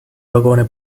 vagone